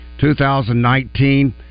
2019